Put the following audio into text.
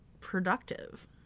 productive